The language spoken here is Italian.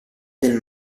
del